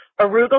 Arugula